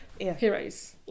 Heroes